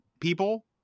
people